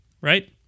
right